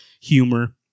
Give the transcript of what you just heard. humor